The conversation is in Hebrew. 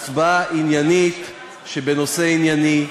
הצבעה עניינית בנושא ענייני,